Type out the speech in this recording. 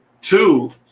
two